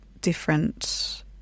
different